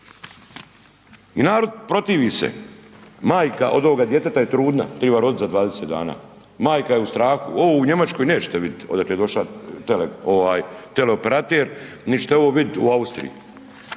I narod protivi se, majka od ovoga djeteta je trudna, triba rodit za 20 dana, majka je u strahu, ovo u Njemačkoj nećete vidjet odakle je došla, ovaj, teleoperater, nit' ćete ovo vidit u Austriji.